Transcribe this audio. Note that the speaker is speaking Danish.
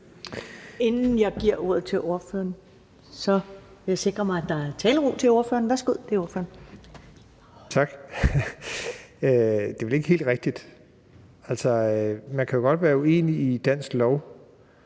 Inden jeg giver ordet til ordføreren, vil jeg sikre mig, at der er talero til ordføreren. Værsgo til ordføreren. Kl. 13:52 Jeppe Bruus (S): Tak. Det er vel ikke helt rigtigt. Altså, man kan jo godt være uenig i dansk lov,